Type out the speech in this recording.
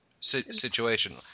situation